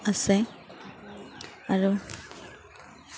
আছে আৰু